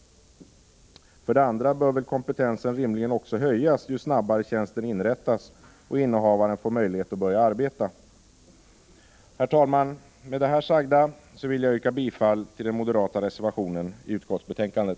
Vidare bör väl kompetensen rimligen också höjas ju snabbare tjänsten inrättas och innehavaren får möjlighet att börja arbeta. Herr talman! Med det här sagda vill jag yrka bifall till den moderata reservationen i utskottsbetänkandet.